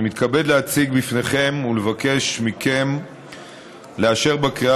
אני מתכבד להציג לפניכם ולבקש מכם לאשר בקריאה